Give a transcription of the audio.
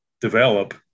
develop